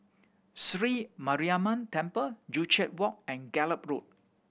Sri Mariamman Temple Joo Chiat Walk and Gallop Road